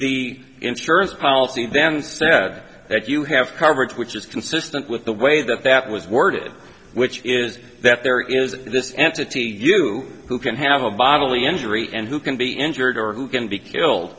the insurance policy then said that you have coverage which is consistent with the way that that was worded which is that there is this entity you who can have a bodily injury and who can be injured or who can be killed